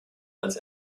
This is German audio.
als